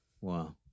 Wow